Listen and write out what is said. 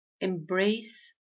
Embrace